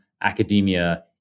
academia